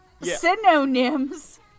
Synonyms